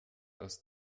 aus